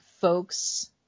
folks